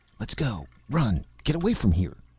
let's go! run, get away from here,